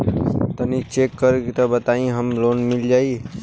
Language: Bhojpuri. तनि चेक कर के बताई हम के लोन मिल जाई?